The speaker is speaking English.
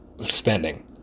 spending